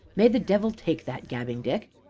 may the devil take that gabbing dick!